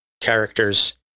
characters